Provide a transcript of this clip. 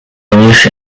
irish